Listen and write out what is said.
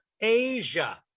Asia